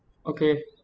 okay